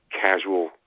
casual